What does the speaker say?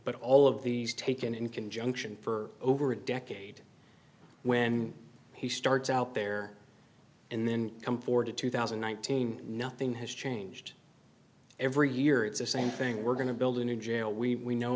but all of these taken in conjunction for over a decade when he starts out there and then come forward to two thousand and nineteen nothing has changed every year it's the same thing we're going to build a new jail we know